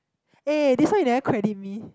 eh this one you never credit me